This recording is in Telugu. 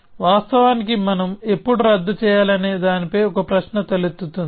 కాబట్టి వాస్తవానికి మనం ఎప్పుడు రద్దు చేయాలనే దానిపై ఒక ప్రశ్న తలెత్తుతుంది